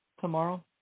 tomorrow